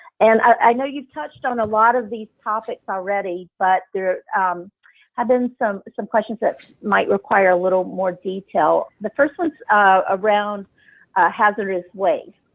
and i know you've touched on a lot of these topics already but there have been some some questions that might require a little more detail. the first one is around hazardous waste.